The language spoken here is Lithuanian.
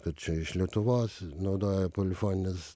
kad čia iš lietuvos naudoja polifonines